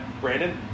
Brandon